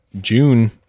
June